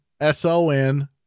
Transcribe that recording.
S-O-N